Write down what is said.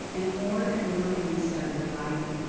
and more and more women started driving.